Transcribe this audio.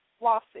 lawsuit